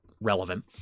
relevant